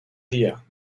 día